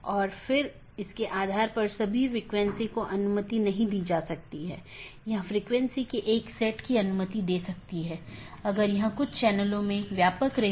और जैसा कि हम समझते हैं कि नीति हो सकती है क्योंकि ये सभी पाथ वेक्टर हैं इसलिए मैं नीति को परिभाषित कर सकता हूं कि कौन पारगमन कि तरह काम करे